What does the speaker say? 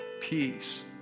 peace